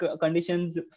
conditions